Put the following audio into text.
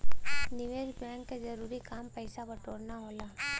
निवेस बैंक क जरूरी काम पैसा बटोरना होला